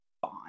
fine